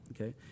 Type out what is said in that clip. okay